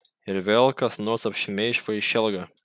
ir vėl kas nors apšmeiš vaišelgą